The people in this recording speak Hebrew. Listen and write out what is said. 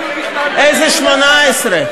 איזה 18?